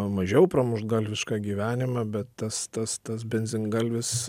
mažiau pramuštgalvišką gyvenimą bet tas tas tas benzingalvis